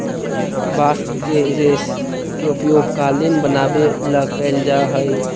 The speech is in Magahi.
बास्ट के रेश के उपयोग कालीन बनवावे ला कैल जा हई